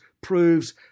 proves